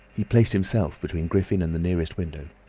he placed himself between griffin and the nearest window.